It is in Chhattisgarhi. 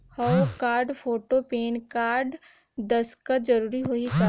हव कारड, फोटो, पेन कारड, दस्खत जरूरी होही का?